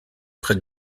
près